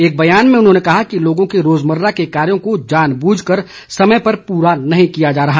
एक बयान में उन्होंने कहा कि लोगों के रोजमर्रा के कार्यों को जानबूझ कर समय पर पूरा नहीं किया जा रहा